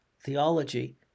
theology